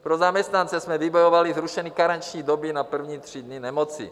Pro zaměstnance jsme vybojovali zrušení karenční doby na první tři dny nemoci.